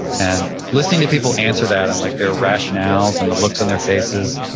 and listening to people answer that, and like their rationales, and the looks on their faces.